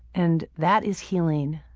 and that is healing,